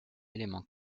élément